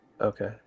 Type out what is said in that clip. Okay